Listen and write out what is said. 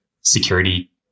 security